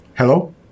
Hello